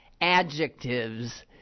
adjectives